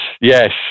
yes